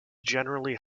generally